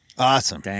Awesome